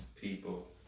people